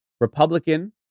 Republican